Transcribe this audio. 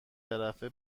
طرفه